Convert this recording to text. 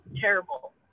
terrible